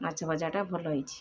ମାଛ ଭଜା ଟା ଭଲ ହେଇଛି